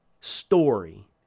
story